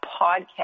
podcast